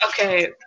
Okay